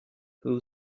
who